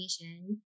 information